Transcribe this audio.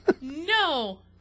No